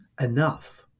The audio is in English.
enough